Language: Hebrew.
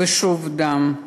ושוב דם.